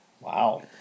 Wow